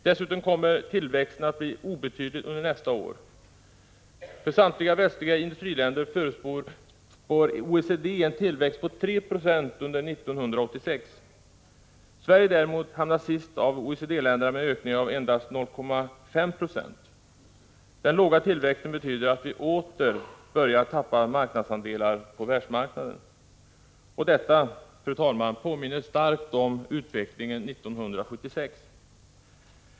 Dessutom kommer tillväxten att bli obetydlig under nästa år. För samtliga västliga industriländer förutspår OECD en tillväxt på 3 Zo under 1986. Sverige däremot hamnar sist av OECD-länderna, med en ökning på endast 0,5 20. Den låga tillväxten betyder att vi åter börjar tappa marknadsandelar på världsmarknaden. Detta, fru talman, påminner starkt om utvecklingen 1976.